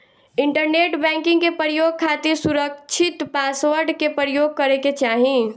internet banking के प्रयोग खातिर सुरकछित पासवर्ड के परयोग करे के चाही